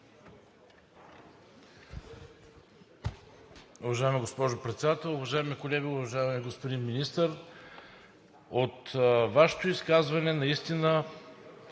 Уважаема госпожо Председател, уважаеми колеги! Уважаеми господин Министър, от Вашето изказване наистина